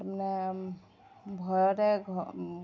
তাৰমানে ভয়তে ঘৰ